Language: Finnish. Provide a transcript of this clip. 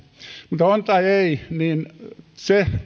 mutta on tai ei niin se